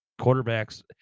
quarterbacks